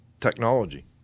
technology